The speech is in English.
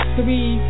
three